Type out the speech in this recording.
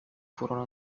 furono